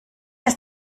ist